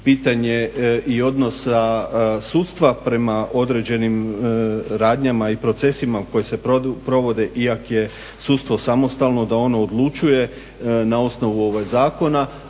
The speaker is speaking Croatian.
pitanje odnosa sudstva prema određenim radnjama i procesima koji se provode i ako je sudstvo samostalno da ono odlučuje na osnovu zakona,